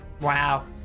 Wow